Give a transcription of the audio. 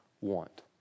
want